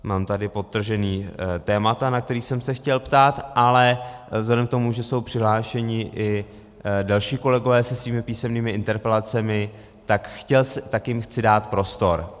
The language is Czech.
Mám tady podtržena témata, na která jsem se chtěl ptát, ale vzhledem k tomu, že jsou přihlášeni i další kolegové se svými písemnými interpelacemi, tak jim chci dát prostor.